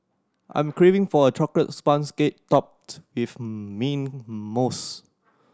I'm craving for a chocolate sponge cake topped with mint mousse